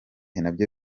nabyo